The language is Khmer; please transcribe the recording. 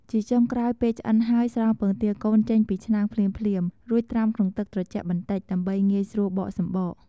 ជាចុងក្រោយពេលឆ្អិនហើយ ស្រង់ពងទាកូនចេញពីឆ្នាំងភ្លាមៗ រួចត្រាំក្នុងទឹកត្រជាក់បន្តិច ដើម្បីងាយស្រួលបកសំបក។